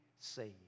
saved